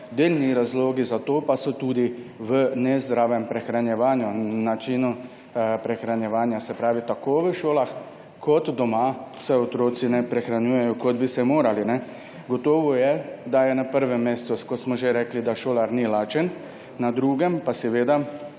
delni razlogi za to pa so tudi v nezdravem prehranjevanju, načinu prehranjevanja. Tako v šolah kot doma se otroci ne prehranjujejo, kot bi se morali. Gotovo je, da je na prvem mestu, kot smo že rekli, da šolar ni lačen, na drugem pa je